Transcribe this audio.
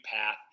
path